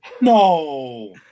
No